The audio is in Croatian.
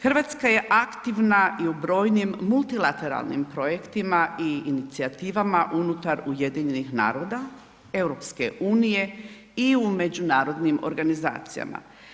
Hrvatska je aktivna i u brojnim multilateralnim projektima i inicijativama unutar UN-a EU i u međunarodnim organizacijama.